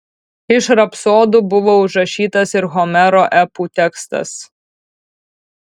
iš rapsodų buvo užrašytas ir homero epų tekstas